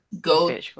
go